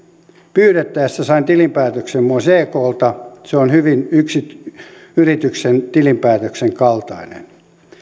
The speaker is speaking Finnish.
pyydettäessä sain tilinpäätöksen muun muassa eklta se on yrityksen tilinpäätöksen kaltainen